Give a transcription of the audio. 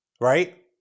Right